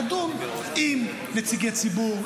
לדון עם נציגי ציבור,